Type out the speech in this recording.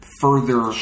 further